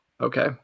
Okay